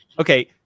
Okay